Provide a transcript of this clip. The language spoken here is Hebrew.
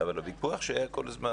אבל הוויכוח שהיה כל הזמן,